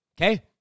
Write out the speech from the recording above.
Okay